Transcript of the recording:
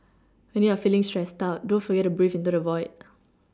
when you are feeling stressed out don't forget to breathe into the void